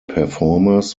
performers